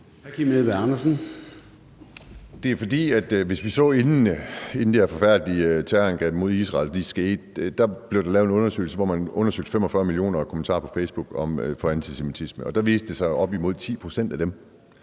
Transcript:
(DD): Vi så, at der, inden det her forfærdelige terrorangreb mod Israel skete, blev lavet en undersøgelse, hvor man undersøgte 45 millioner kommentarer på Facebook for antisemitisme, og hvor det viste sig, at op imod 10 pct. af dem